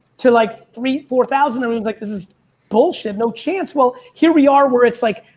to like three four thousand, i mean was like this is bullshit, no chance. well, here we are where it's like,